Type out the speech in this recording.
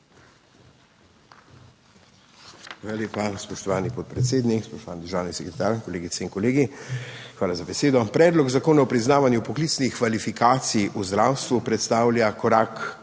Hvala lepa, spoštovani podpredsednik. Spoštovani državni sekretar, kolegice in kolegi! Hvala za besedo. Predlog zakona o priznavanju poklicnih kvalifikacij v zdravstvu predstavlja korak